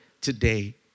today